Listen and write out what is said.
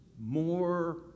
more